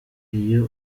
iyo